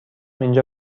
اینجا